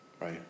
right